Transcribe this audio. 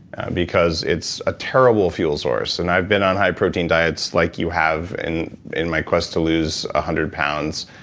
because it's a terrible fuel source. and i've been on high-protein diets like you have in in my quest to lose one ah hundred pounds.